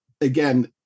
again